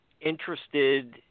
interested